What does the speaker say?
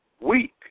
weak